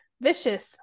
vicious